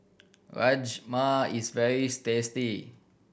rajma is very tasty